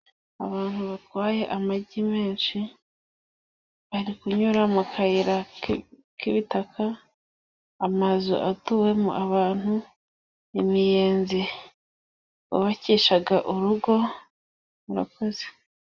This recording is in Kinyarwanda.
Abantu batwaye amagi menshi bari kunyura mu kayira k'ibitaka, amazu atuwemo abantu, imiyenzi bubakishaga urugo. Murakoze.